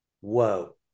whoa